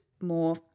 more